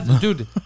dude